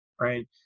right